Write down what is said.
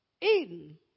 Eden